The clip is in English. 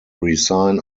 resign